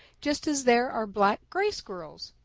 just as there are black gray squirrels.